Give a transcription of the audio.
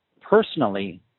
personally